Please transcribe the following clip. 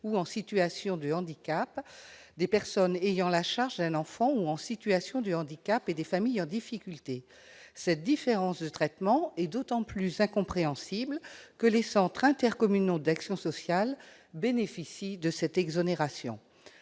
ou en situation de handicap, des personnes ayant la charge d'un enfant en situation de handicap et des familles en difficulté. Cette différence de traitement est d'autant plus incompréhensible que les centres intercommunaux d'action sociale, les CIAS, bénéficient de cette exonération.